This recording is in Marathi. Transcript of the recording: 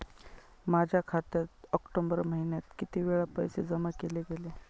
माझ्या खात्यात ऑक्टोबर महिन्यात किती वेळा पैसे जमा केले गेले?